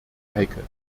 heikel